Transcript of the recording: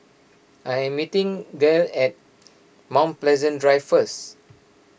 I am meeting Gael at Mount Pleasant Drive first